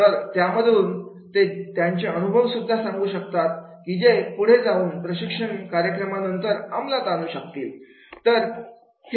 तर त्यामधून ते त्यांचे अनुभव सुद्धा सांगू शकतात डीजे पुढे जाऊन प्रशिक्षण कार्यक्रमानंतर अमलात आणू शकतील